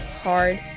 hard